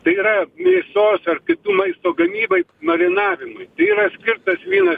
tai yra mėsos ar kitų maisto gamybai marinavimui tai yra skirtas vynas